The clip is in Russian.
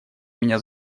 меня